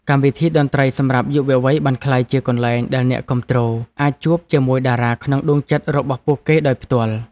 កម្មវិធីតន្ត្រីសម្រាប់យុវវ័យបានក្លាយជាកន្លែងដែលអ្នកគាំទ្រអាចជួបជាមួយតារាក្នុងដួងចិត្តរបស់ពួកគេដោយផ្ទាល់។